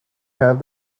have